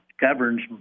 governs